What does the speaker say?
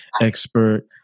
expert